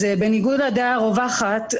בניגוד לדעה הרווחת,